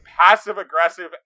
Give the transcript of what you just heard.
passive-aggressive